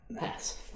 Yes